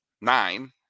nine